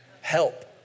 Help